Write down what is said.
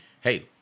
hey